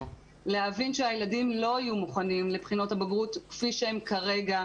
כדי להבין שהילדים לא יהיו מוכנים לבחינות הבגרות כפי שהן כרגע,